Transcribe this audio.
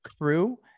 crew